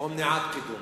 או מניעת קידום.